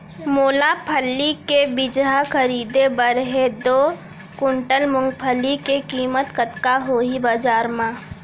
मोला फल्ली के बीजहा खरीदे बर हे दो कुंटल मूंगफली के किम्मत कतका होही बजार म?